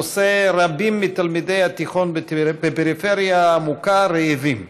הנושא: רבים מתלמידי התיכון בפריפריה העמוקה רעבים.